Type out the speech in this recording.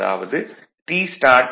அதாவது Tstart Tfl